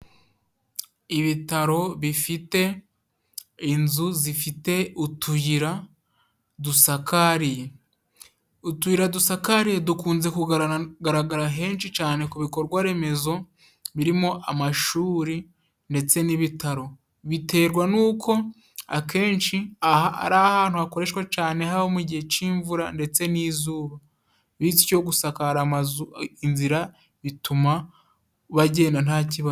Ibitaro bifite inzu zifite utuyira dusakariye; utuyira dusakariye dukunze kugaragara henshi cyane ku bikorwa remezo, birimo amashuri ndetse n'ibitaro; biterwa n'uko akenshi aha ari ahantu hakoreshwa cane haba mu gihe cy'imvura ndetse n'izuba, bityo gusakara inzira bituma bagenda nta kibazo.